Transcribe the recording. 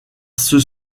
ceux